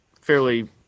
fairly